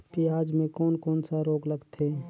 पियाज मे कोन कोन सा रोग लगथे?